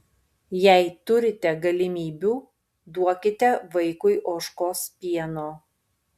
jei turite galimybių duokite vaikui ožkos pieno